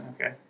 Okay